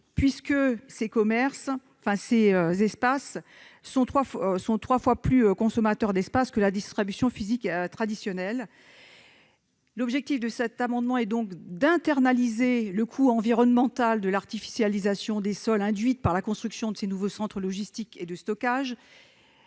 sols. Ces surfaces de stockage consomment trois fois plus d'espace que la distribution physique traditionnelle. L'objet de cet amendement est donc d'internaliser le coût environnemental de l'artificialisation des sols induite par la construction de ces nouveaux centres logistiques et de stockage.